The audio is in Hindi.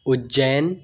उज्जैन